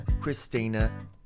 Christina